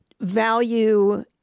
value